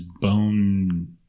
bone